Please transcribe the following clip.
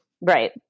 Right